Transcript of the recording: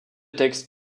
textes